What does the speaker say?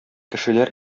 кешеләр